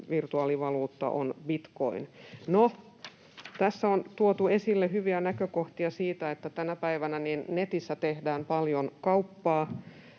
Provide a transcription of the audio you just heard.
virtuaalivaluutta on bitcoin. No, tässä on tuotu esille hyviä näkökohtia siitä, että tänä päivänä netissä tehdään paljon kauppaa,